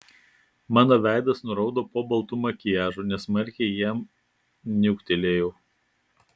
mano veidas nuraudo po baltu makiažu nesmarkiai jam niuktelėjau